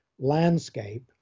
landscape